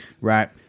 Right